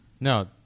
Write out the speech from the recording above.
No